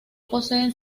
poseen